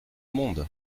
monde